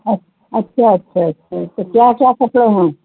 اچھا اچھا اچھا اچھا تو کیا کیا کپڑے ہیں